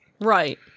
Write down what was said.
Right